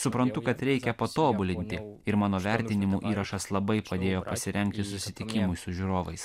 suprantu kad reikia patobulinti ir mano vertinimu įrašas labai padėjo pasirengti susitikimui su žiūrovais